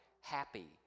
happy